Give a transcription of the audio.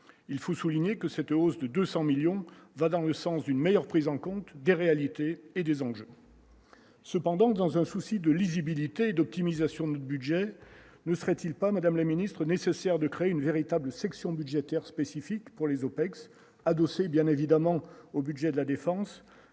il faut souligner que cette hausse de 200 millions va dans le sens d'une meilleure prise en compte des réalités et des enjeux, cependant, dans un souci de lisibilité et d'optimisation de budget ne serait-il pas, Madame la Ministre, nécessaire de créer une véritable section budgétaire spécifique pour les OPEX adossé bien évidemment au budget de la défense,